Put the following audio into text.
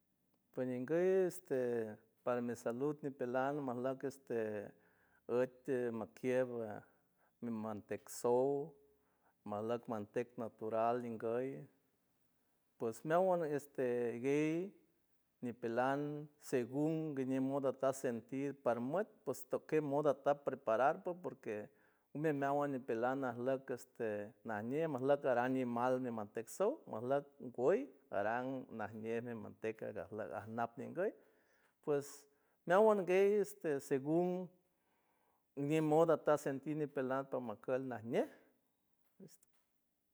Pues ñingues estede para mi salud ni pelan masloc este utie maquiera min mantesous mloc mantec natural ningoy, pues meaguan este guey ñipeland según guiñe moda aca sentir parmuet posto que moda ca preparardo porque me meagualet nipelana lok este majñe arañie mal de mantecsos masloc guey aran najñe de manteca garlot nangarñe pues meagua ñande este según ñemoda tasentir mipelad polmakel najñe